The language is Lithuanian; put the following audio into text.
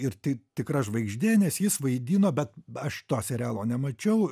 ir tai tikra žvaigždė nes jis vaidino bet aš to serialo nemačiau